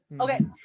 Okay